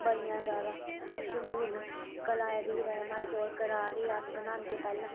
बड़ियां ज्यादा मशहूर न कलाड़ी राजमा चौल कलाड़ी अस बनांदे पैह्ले